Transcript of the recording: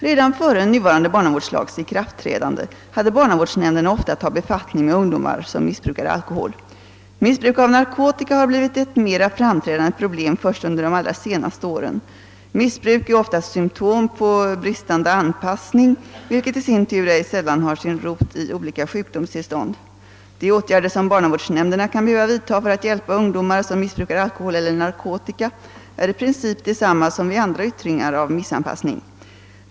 Redan före nuvarande barnavårdslags ikraftträdande hade barnavårdsnämnderna ofta att ta befattning med ungdomar som missbrukade alkohol. Missbruk av narkotika har blivit ett mera framträdande problem först under de allra senaste åren. Missbruk är oftast symptom på bristande anpass ning, vilken i sin tur ej sällan har sin rot i olika sjukdomstillstånd. De åtgärder som barnavårdsnämnderna kan behöva vidta för att hjälpa ungdomar, som missbrukar alkohol eller narkotika, är i princip desamma som vid andra yttringar av missanpassning.